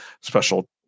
special